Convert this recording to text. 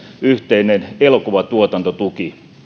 yhteisen elokuvatuotantotuen